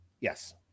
Yes